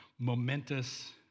momentous